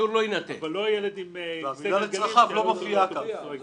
לא מדובר על כך שיעלו ילד עם כיסא גלגלים לאוטובוס רגיל.